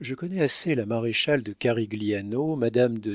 je connais assez la maréchale de carigliano madame de